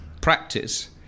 practice